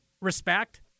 respect